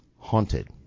Haunted